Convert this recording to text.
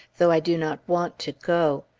though i do not want to go.